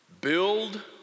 build